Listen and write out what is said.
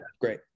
great